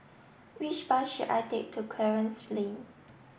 which bus should I take to Clarence Lane